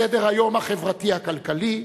סדר-היום החברתי-הכלכלי,